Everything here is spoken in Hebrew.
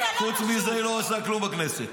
חוץ מזה היא לא עושה כלום בכנסת.